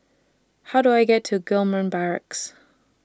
How Do I get to Gillman Barracks